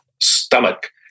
stomach